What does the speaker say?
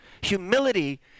Humility